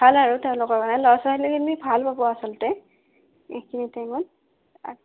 ভাল আৰু তেওঁলোকৰ কাৰণে ল'ৰা ছোৱালীখিনি ভাল পাব আচলতে এইখিনি টাইমত